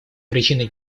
причиной